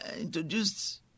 introduced